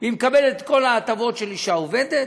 והיא מקבלת את כל ההטבות של אישה עובדת,